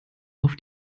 auf